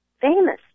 famous